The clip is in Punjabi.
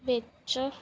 ਵਿੱਚ